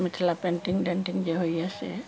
Mithila painting तेंटिंग जे होइए से